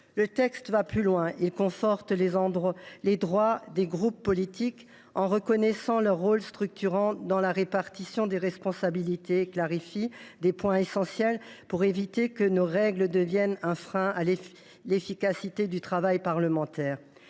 Le texte va plus loin : il conforte les droits des groupes politiques, en reconnaissant leur rôle structurant dans la répartition des responsabilités, et clarifie des points essentiels pour éviter que nos règles ne deviennent un frein à l’efficacité du travail parlementaire.